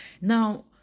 now